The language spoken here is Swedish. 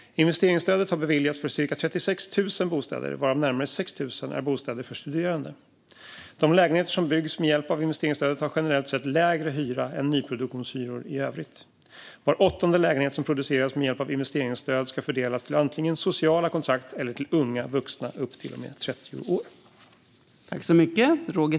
Investeringsstödet har beviljats för ca 36 000 bostäder, varav närmare 6 000 är bostäder för studerande. De lägenheter som byggs med hjälp av investeringsstödet har generellt sett lägre hyra än nyproduktionshyror i övrigt. Var åttonde lägenhet som produceras med hjälp av investeringsstöd ska fördelas till antingen sociala kontrakt eller unga vuxna upp till och med 30 år.